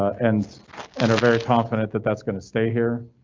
and and are very confident that that's going to stay here